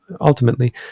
ultimately